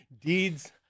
deeds